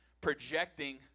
projecting